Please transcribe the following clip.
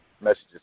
messages